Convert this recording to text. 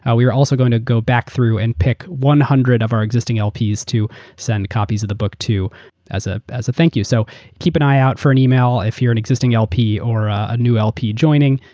ah we were also going to go back through and pick one hundred of our existing lps to send copies of the book to as ah as a thank you. so keep an eye out for an email, if you're an existing lp or a new lp joining.